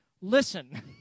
listen